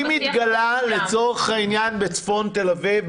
אם התגלה לצורך העניין בצפון תל אביב,